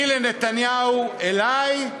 מי לנתניהו, אלי,